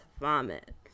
vomit